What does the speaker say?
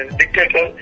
dictator